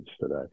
today